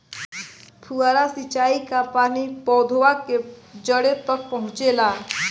फुहारा सिंचाई का पानी पौधवा के जड़े तक पहुचे ला?